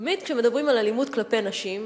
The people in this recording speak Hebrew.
תמיד כשמדברים על אלימות כלפי נשים